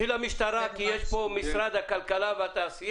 תלכי למשטרה כי יש פה לוגו של משרד הכלכלה והתעשייה,